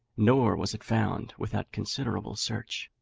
nor was it found without considerable search.